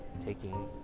taking